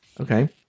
Okay